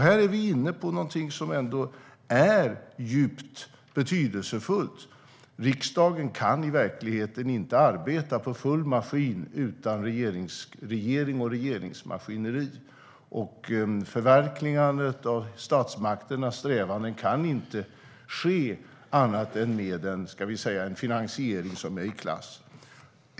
Här är vi inne på någonting som ändå är djupt betydelsefullt. Riksdagen kan i verkligheten inte arbeta för full maskin utan regering och regeringsmaskineri. Och förverkligandet av statsmakternas strävan kan inte ske annat än med en finansiering som är av klass.